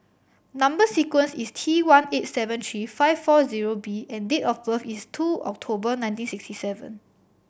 number sequence is T one eight seven three five four zero B and date of birth is two October nineteen sixty seven